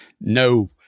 no